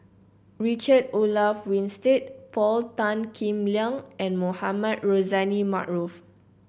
Richard Olaf Winstedt Paul Tan Kim Liang and Mohamed Rozani Maarof